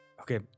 Okay